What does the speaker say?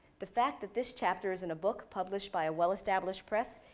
the fact that this chapter is in a book published by a well-established press,